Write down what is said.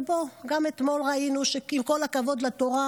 אבל בוא, גם אתמול ראינו שעם כל הכבוד לתורה,